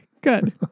Good